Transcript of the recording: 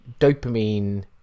dopamine